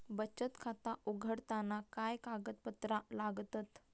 बचत खाता उघडताना काय कागदपत्रा लागतत?